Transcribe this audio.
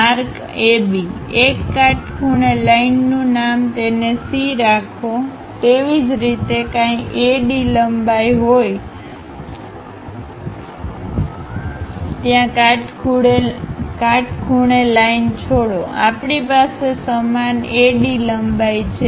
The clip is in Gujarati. માર્ક AB એક કાટખૂણે લાઈનનું નામ તેને C રાખો તેવી જ રીતે કાંઈ AD લંબાઈ હોય ત્યાં કાટખૂણે લાઈન છોડો આપણી પાસે સમાન AD લંબાઈ છે